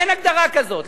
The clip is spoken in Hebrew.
אין הגדרה כזאת.